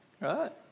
Right